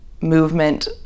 movement